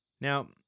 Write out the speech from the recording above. Now